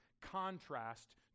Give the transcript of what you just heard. contrast